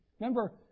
Remember